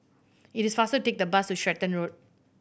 it is faster to take the bus to Stratton Road